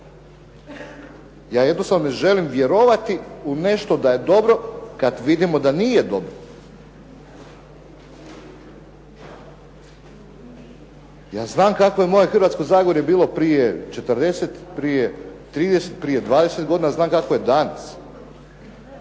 Ja jednostavno ne želim vjerovati u nešto da je dobro kada vidimo da nije dobro. Ja znam kakvo je moje Hrvatsko zagorje bilo prije 40, prije 30, prije 20 godina, a znam kakvo je danas.